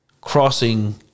crossing